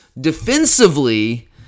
defensively